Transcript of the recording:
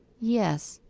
yes,